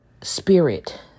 spirit